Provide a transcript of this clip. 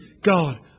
God